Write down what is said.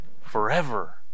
forever